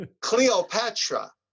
Cleopatra